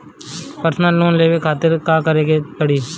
Personal loan लेवे खातिर का करे के पड़ी?